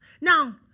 Now